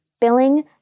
billing